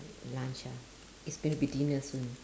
lunch ah it's gonna be dinner soon